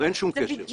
אין שום קשר.